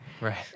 Right